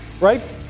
right